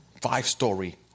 five-story